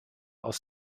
aus